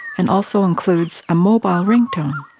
and also includes a mobile ringtone,